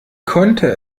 konnte